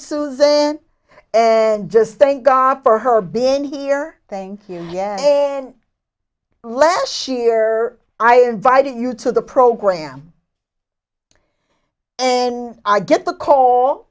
susan and just thank god for her being here thank you yes and less cheer i invited you to the program and i get the call